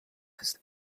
است